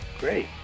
Great